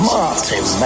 Martin